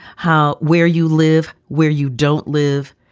how where you live, where you don't live.